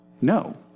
No